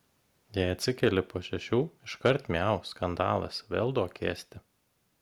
jei atsikeli po šešių iškart miau skandalas vėl duok ėsti